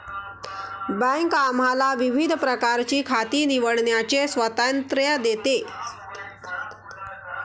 bank आम्हाला विविध प्रकारची खाती निवडण्याचे स्वातंत्र्य देते